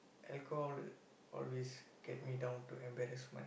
alcohol always get me down to embarrassment